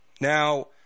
now